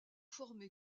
formée